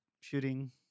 shooting